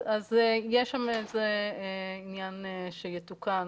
יש שם עניין שיתוקן